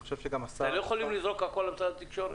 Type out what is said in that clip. אתם לא יכולים לזרוק הכול על משרד התקשורת.